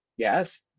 Yes